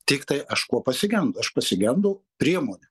tiktai aš kuo pasigendu aš pasigendu priemonių